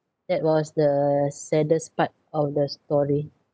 that was the saddest part of the story